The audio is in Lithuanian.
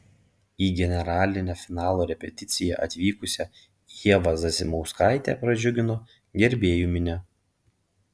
į generalinę finalo repeticiją atvykusią ievą zasimauskaitę pradžiugino gerbėjų minia